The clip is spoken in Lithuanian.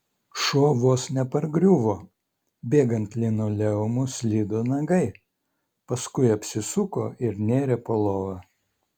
šuo vos nepargriuvo bėgant linoleumu slydo nagai paskui apsisuko ir nėrė po lova